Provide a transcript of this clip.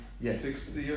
Yes